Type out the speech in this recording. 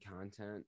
content